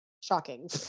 Shocking